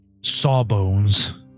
sawbones